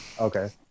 Okay